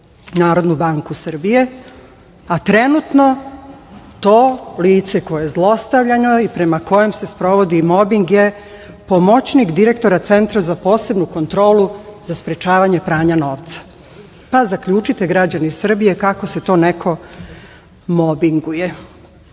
mog dolaska u NBS, a trenutno to lice koje je zlostavljano i prema kojoj se sprovodi mobing je pomoćnik direktora Centara za posebnu kontrolu za sprečavanje pranja novca. Pa, zaključite, građani Srbije kako se to neko mobinguje. Sudski